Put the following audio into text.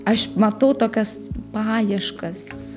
aš matau tokias paieškas